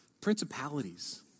Principalities